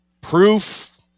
proof